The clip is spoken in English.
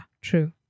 true